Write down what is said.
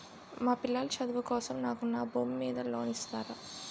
మా పిల్లల చదువు కోసం నాకు నా భూమి మీద లోన్ ఇస్తారా?